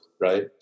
right